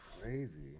crazy